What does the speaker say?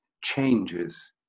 changes